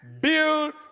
Build